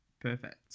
perfect